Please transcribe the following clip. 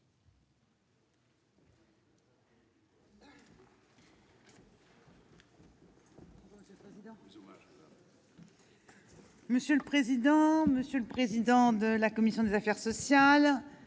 Monsieur le président, monsieur le président de la commission des affaires sociales,